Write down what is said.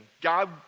God